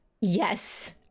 yes